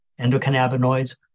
endocannabinoids